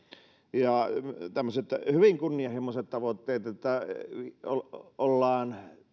ja tämmöiset hyvin kunnianhimoiset tavoitteet että ollaan